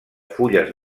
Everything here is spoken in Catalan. fulles